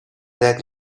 that